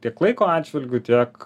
tik laiko atžvilgiu tiek